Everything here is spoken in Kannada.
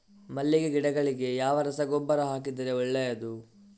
ಮಲ್ಲಿಗೆ ಗಿಡಗಳಿಗೆ ಯಾವ ರಸಗೊಬ್ಬರ ಹಾಕಿದರೆ ಒಳ್ಳೆಯದು?